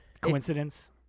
Coincidence